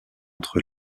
entre